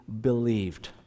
Believed